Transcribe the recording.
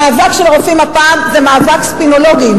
המאבק של הרופאים הפעם הוא מאבק ספינולוגים.